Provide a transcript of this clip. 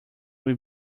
will